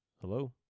Hello